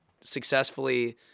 successfully